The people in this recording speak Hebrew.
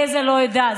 גזע או עדה.